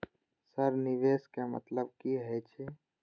Sir निवेश के मतलब की हे छे?